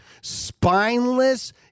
Spineless